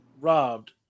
robbed